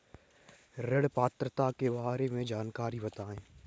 ऋण पात्रता के बारे में जानकारी बताएँ?